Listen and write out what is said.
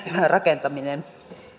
rakentaminen